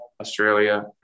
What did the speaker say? Australia